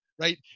Right